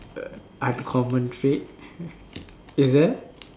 uh uncommon trait is it